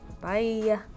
bye